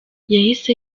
yahise